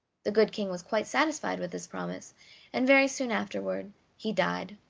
the good king was quite satisfied with this promise and very soon afterward he died.